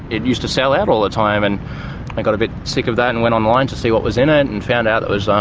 it used to sell out all the time and i got a bit sick of that and went online to see what was in ah it and found out that it was um